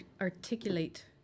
articulate